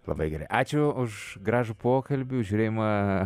labai gerai ačiū už gražų pokalbių už žiūrėjimą